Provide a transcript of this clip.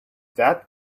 that